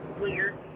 weird